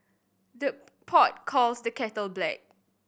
the pot calls the kettle black